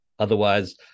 otherwise